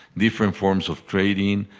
different forms of training,